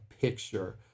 picture